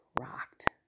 rocked